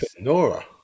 Nora